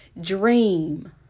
dream